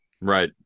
right